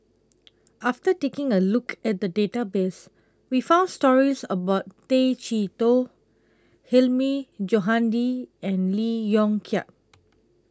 after taking A Look At The Database We found stories about Tay Chee Toh Hilmi Johandi and Lee Yong Kiat